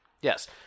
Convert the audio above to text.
Yes